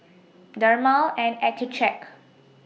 Dermale and Accucheck